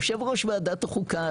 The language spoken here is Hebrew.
יושב ראש ועדת החוקה,